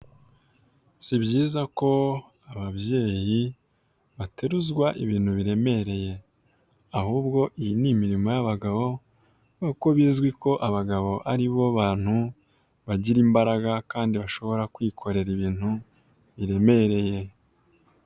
Si byiza ko ababyeyi bateruzwa ibintu biremereye, ahubwo iyi ni imirimo y'abagabo kuko bizwi ko abagabo aribo bantu bagira imbaraga kandi bashobora kwikorera ibintu biremereye.